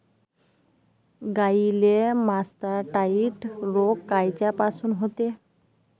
गाईले मासटायटय रोग कायच्यापाई होते?